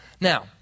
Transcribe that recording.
Now